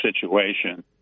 situation